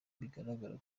bigaragara